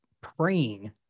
praying